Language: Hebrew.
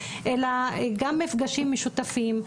אלא גם מפגשים משותפים.